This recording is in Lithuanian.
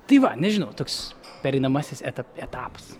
tai va nežinau toks pereinamasis etape etapas